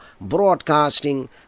broadcasting